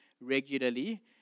regularly